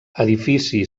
edifici